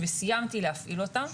וסיימתי להפעיל אותן,